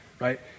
right